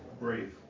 brave